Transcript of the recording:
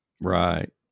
Right